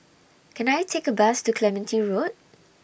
Can I Take A Bus to Clementi Road